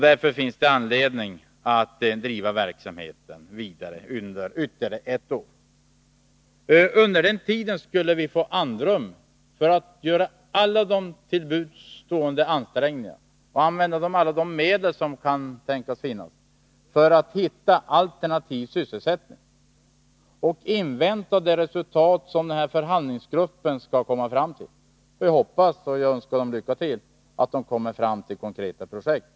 Det finns därför anledning att driva verksamheten vidare under ytterligare ett år. Under den tiden skulle vi få andrum för att göra alla tänkbara ansträngningar och för att använda alla de medel som kan stå till buds för att finna alternativ sysselsättning. Vi kan då också invänta det resultat som 155 förhandlingsgruppen skall komma fram till. Jag önskar den framgång i dess strävanden att komma fram till konkreta projekt.